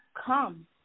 come